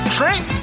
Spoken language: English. Trent